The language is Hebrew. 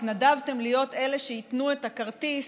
התנדבתם להיות אלה שייתנו את הכרטיס